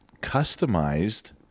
customized